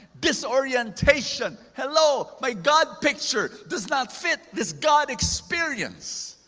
disorientation, hello? my god picture does not fit this god experience.